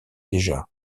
déjà